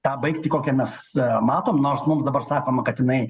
tą baigtį kokią mes matom nors mums dabar sakoma kat jinai